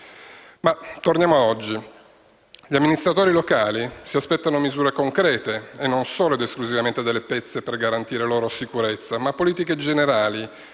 ma torniamo a oggi. Gli amministratori locali si aspettano misure concrete e non solo ed esclusivamente delle pezze per garantire loro sicurezza. Si aspettano politiche generali